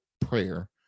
prayer